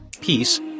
peace